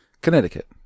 Connecticut